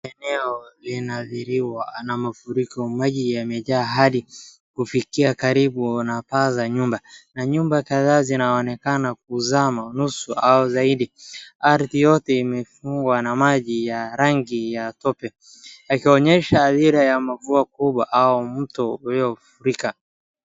Eneo linaadhiriwa na mafuriko. Maji yamejaa hadi kufikia karibu na paa za nyumba, na nyumba kadhaa zinaonekana kuzama nusu au zaidi. Ardhi yote imefungwa na maji ya rangi ya tope, yakionyesha athira ya mvua mkubwa au mto uliofurika.